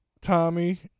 tommy